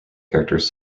characters